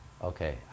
Okay